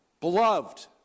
beloved